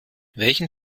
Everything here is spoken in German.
welchen